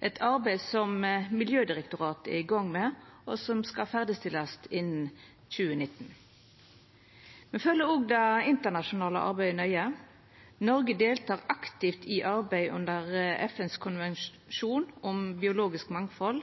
eit arbeid Miljødirektoratet er i gong med, og som skal ferdigstillast innan 2019. Me følgjer òg det internasjonale arbeidet nøye. Noreg deltek aktivt i arbeid under FNs konvensjon om biologisk mangfald.